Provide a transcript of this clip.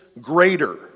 greater